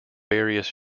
various